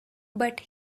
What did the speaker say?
but